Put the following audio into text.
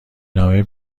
نامه